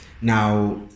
now